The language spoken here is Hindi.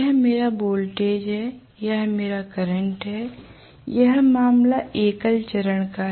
तो यह मेरा वोल्टेज है यह मेरा करंट है यह मामला एकल चरण का है